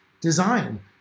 design